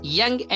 young